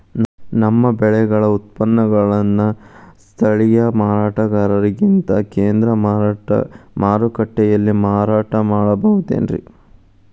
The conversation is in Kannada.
ನಮ್ಮ ಬೆಳೆಗಳ ಉತ್ಪನ್ನಗಳನ್ನ ಸ್ಥಳೇಯ ಮಾರಾಟಗಾರರಿಗಿಂತ ಕೇಂದ್ರ ಮಾರುಕಟ್ಟೆಯಲ್ಲಿ ಮಾರಾಟ ಮಾಡಬಹುದೇನ್ರಿ?